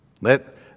Let